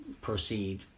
proceed